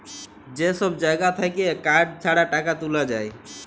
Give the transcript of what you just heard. যে সব জাগা থাক্যে কার্ড ছাড়া টাকা তুলা যায়